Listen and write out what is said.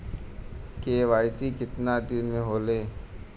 KYC कितना दिन में होले?